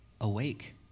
Awake